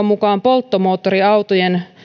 mukaan polttomoottoriautojen